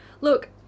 look